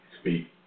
speak